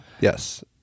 Yes